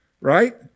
right